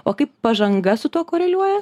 o kaip pažanga su tuo koreliuoja